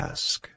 Ask